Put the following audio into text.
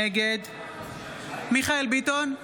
נגד מיכאל מרדכי ביטון,